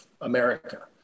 America